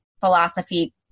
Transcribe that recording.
philosophy